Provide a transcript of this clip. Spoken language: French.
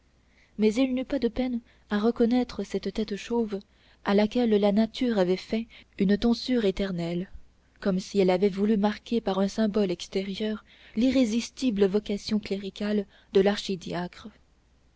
mais il n'eut pas de peine à reconnaître cette tête chauve à laquelle la nature avait fait une tonsure éternelle comme si elle avait voulu marquer par un symbole extérieur l'irrésistible vocation cléricale de